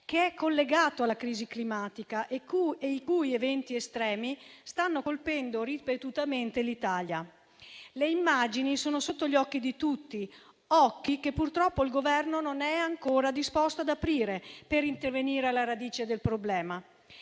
che è collegato alla crisi climatica e i cui eventi estremi stanno colpendo ripetutamente l'Italia. Le immagini sono sotto gli occhi di tutti; occhi che purtroppo il Governo non è ancora disposto ad aprire per intervenire alla radice del problema.